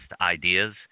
ideas